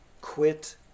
quit